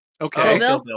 Okay